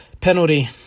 penalty